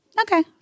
okay